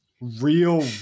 real